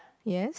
yes